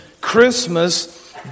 Christmas